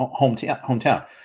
hometown